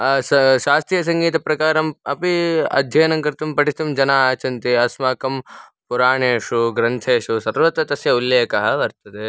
सः शास्त्रीयसङ्गीतप्रकारम् अपि अध्ययनं कर्तुं पठितुं जना आगच्छन्ति अस्माकं पुराणेषु ग्रन्थेषु सर्वत्र तस्य उल्लेखः वर्तते